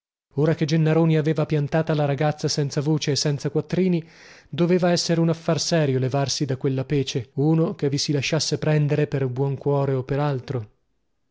ora che gennaroni aveva piantata la ragazza senza voce e senza quattrini doveva essere un affar serio levarsi da quella pece uno che vi si lasciasse prendere per buon cuore o per altro